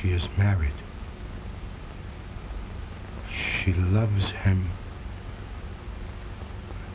she is married she loves him